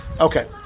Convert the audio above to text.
okay